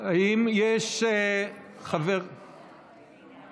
האם יש חבר, אני.